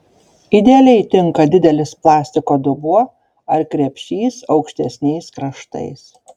idealiai tinka didelis plastiko dubuo ar krepšys aukštesniais kraštais